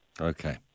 Okay